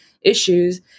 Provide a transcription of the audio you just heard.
issues